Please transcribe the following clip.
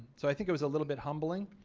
so i think it was a little bit humbling.